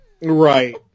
Right